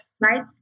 right